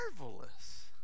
marvelous